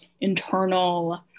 internal